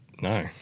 no